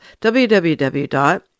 www